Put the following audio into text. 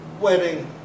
wedding